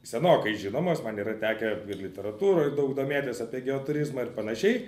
senokai žinomas man yra tekę literatūroj daug domėtis apie geoturizmą ir panašiai